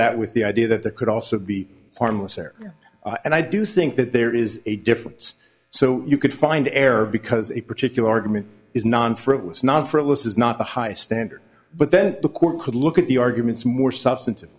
that with the idea that the could also be harmless error and i do think that there is a difference so you could find error because a particular argument is non frivolous not frivolous is not a high standard but then the court could look at the arguments more substantive